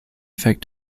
affect